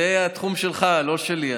זה התחום שלך, לא שלי.